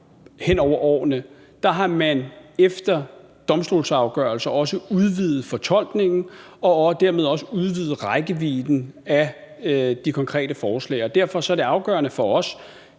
hen over årene efter domstolsafgørelser har udvidet fortolkningen og dermed også udvidet rækkevidden af de konkrete forslag. Derfor er det afgørende for os,